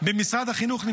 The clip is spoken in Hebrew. במשרד החינוך,